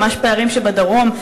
הם ממש פערים שבדרום,